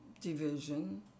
division